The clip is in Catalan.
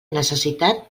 necessitat